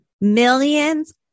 millions